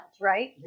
right